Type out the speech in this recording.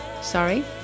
sorry